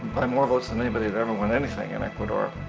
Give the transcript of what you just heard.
by more votes than anybody had ever won anything in ecuador.